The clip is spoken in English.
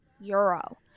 euro